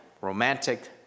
romantic